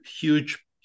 huge